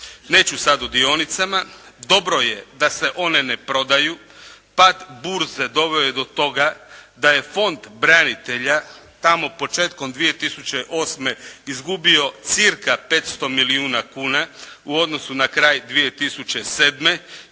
Neću sad o dionicama. Dobro je da se one ne prodaju. Pad burze doveo je do toga da je fond branitelja tamo početkom 2008. izgubio cca 500 milijuna kuna u odnosu na kraj 2007.